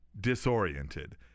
disoriented